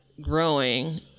growing